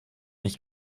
nicht